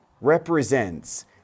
represents